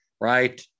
right